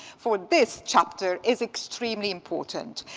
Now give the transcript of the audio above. for this chapter, is extremely important.